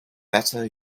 better